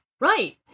right